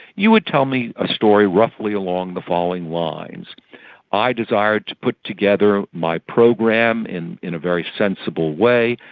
you would tell me a story roughly along the following lines i desired to put together my program in in a very sensible way,